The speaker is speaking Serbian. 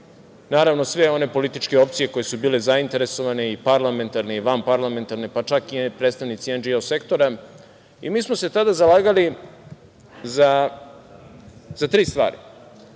Naravno, sve one političke opcije koje su bile zainteresovane, i parlamentarne i vanparlamentarne, pa čak i predstavnici NGO sektora, i mi smo se tada zalagali za tri stvari. Prva